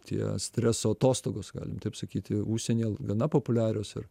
tie streso atostogos galim taip sakyti užsienyje gana populiarios ir